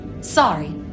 Sorry